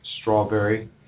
strawberry